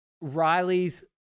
Riley's